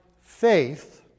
faith